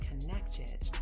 connected